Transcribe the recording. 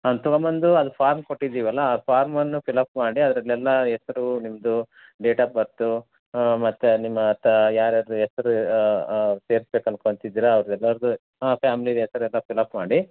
ಅದ್ನ ತೊಗೊಬಂದು ಅಲ್ಲಿ ಫಾರ್ಮ್ ಕೊಟ್ಟಿದ್ದೀವಲ್ಲ ಆ ಫಾರ್ಮನ್ನು ಫಿಲಪ್ ಮಾಡಿ ಅದರಲೆಲ್ಲ ಹೆಸ್ರು ನಿಮ್ಮದು ಡೇಟ್ ಆಪ್ ಬರ್ತು ಮತ್ತೆ ನಿಮ್ಮ ತ ಯಾರು ಯಾರದ್ದು ಹೆಸ್ರು ಸೇರ್ಸ್ಬೇಕು ಅಂದ್ಕೊಂತಿದಿರ ಅವ್ರ್ದು ಎಲ್ಲರದ್ದು ಹಾಂ ಫ್ಯಾಮ್ಲಿದು ಹೆಸ್ರ್ ಎಲ್ಲ ಫಿಲಪ್ ಮಾಡಿ